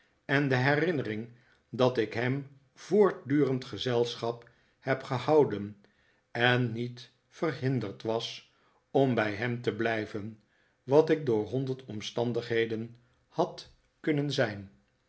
en de herinnering dat ik hem voortdurend gezelschap heb gehouden en niet verhinderd was om bij hem te blijven wat ik door honderd omstandigheden had kunnen zijn